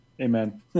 Amen